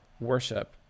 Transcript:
worship